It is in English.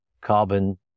carbon